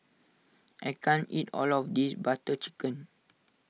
I can't eat all of this Butter Chicken